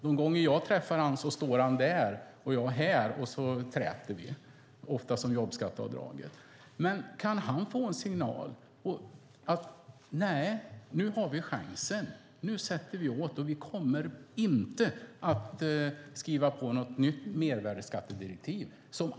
De gånger jag träffar honom står han i talarstolen mittemot mig, och så träter vi, oftast om jobbskatteavdraget. Det vore bra om han kunde få en signal som säger: Nu har vi chansen, och vi kommer inte att skriva på något nytt mervärdesskattedirektiv!